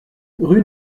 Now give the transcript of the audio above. rue